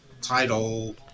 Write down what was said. title